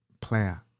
Player